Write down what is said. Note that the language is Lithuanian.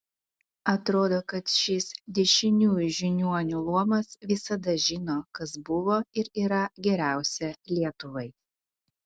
atrodo kad šis dešiniųjų žiniuonių luomas visada žino kas buvo ir yra geriausia lietuvai